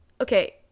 okay